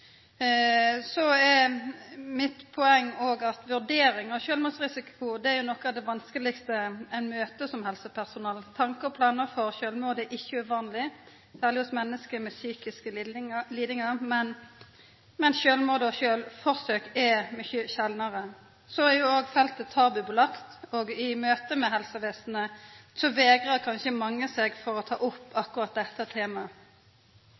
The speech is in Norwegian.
så mykje er gjort, men det har altså ikkje ført til ein reduksjon i talet på sjølvmord og sjølvskading. Mitt poeng er at vurdering av sjølvmordsrisiko er noko av det vanskelegaste ein møter som helsepersonell. Tankar om og planar for sjølvmord er ikkje uvanleg, særleg hos menneske med psykiske lidingar, men sjølvmord og sjølvmordsforsøk er mykje sjeldnare. Så er jo òg feltet tabulagt, og i møte med helsevesenet vegrar kanskje mange seg for å ta opp